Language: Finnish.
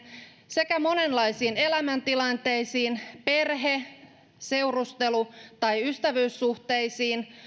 sekä monenlaisiin elämäntilanteisiin perhe seurustelu tai ystävyyssuhteisiin